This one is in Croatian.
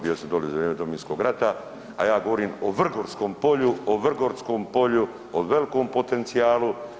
Bio sam dolje za vrijeme Domovinskog rata, a ja govorim o Vrgorskom polju, o Vrgorskom polju o velikom potencijalu.